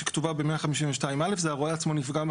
זו ההבהרה שהוספנו.